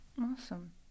Awesome